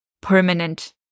permanent